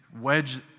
wedge